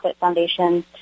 foundation